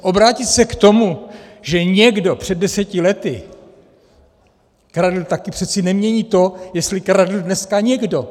Obrátit se k tomu, že někdo před deseti lety kradl, tak to přece nemění to, jestli kradl dneska někdo.